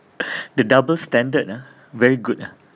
the double standard ah very good ah